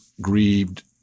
grieved